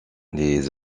les